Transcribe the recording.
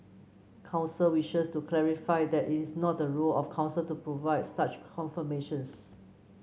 council wishes to clarify that it is not the role of council to provide such confirmations